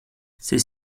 ses